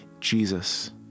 jesus